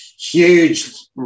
huge